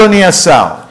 אדוני השר,